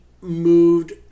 moved